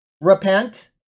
repent